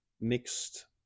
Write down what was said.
mixed